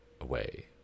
away